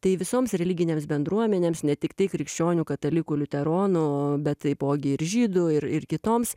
tai visoms religinėms bendruomenėms ne tiktai krikščionių katalikų liuteronų bet taipogi ir žydų ir ir kitoms